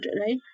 right